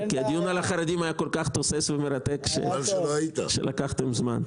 הדיון על החרדים היה כל כך תוסס ומרתק שלקחתם זמן.